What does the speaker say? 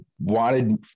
wanted